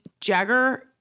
Jagger